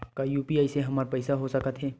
का यू.पी.आई से हमर पईसा हो सकत हे?